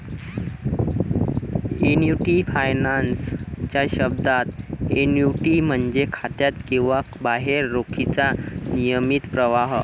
annuity finance च्या शब्दात, annuity म्हणजे खात्यात किंवा बाहेर रोखीचा नियमित प्रवाह